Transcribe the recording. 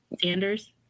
Sanders